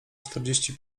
czterdzieści